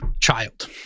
child